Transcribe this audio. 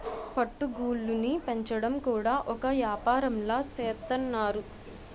పట్టు గూళ్ళుని పెంచడం కూడా ఒక ఏపారంలా సేత్తన్నారు